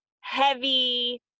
heavy